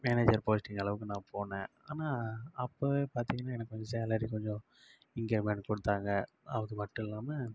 manager posting அளவுக்கு நான் போனேன் ஆனால் அப்பவே பார்த்தீங்கன்னா எனக்கு கொஞ்சம் சேலரி கொஞ்சம் இன்கிரிமெண்ட் கொடுத்தாங்க அது மட்டும் இல்லாமல்